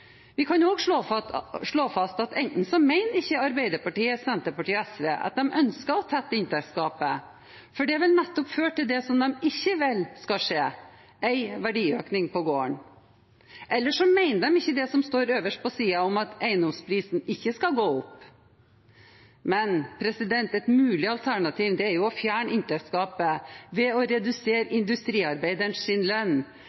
Vi kan også slå fast at enten så mener ikke Arbeiderpartiet, Senterpartiet og SV at de ønsker å tette inntektsgapet – for det vil føre til nettopp det som de ikke vil skal skje: en verdiøkning av gården – eller så mener de ikke det som står øverst på siden om at eiendomsprisene ikke skal opp. Men et mulig alternativ er å fjerne inntektsgapet ved å redusere industriarbeiderens lønn.